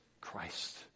Christ